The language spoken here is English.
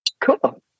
Cool